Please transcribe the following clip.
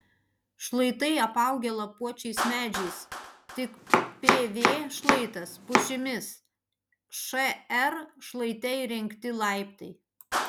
šlaitai apaugę lapuočiais medžiais tik pv šlaitas pušimis šr šlaite įrengti laiptai